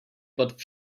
but